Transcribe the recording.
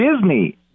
Disney